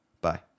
Bye